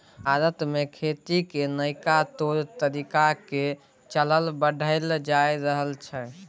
भारत में खेती के नइका तौर तरीका के चलन बढ़ल जा रहल छइ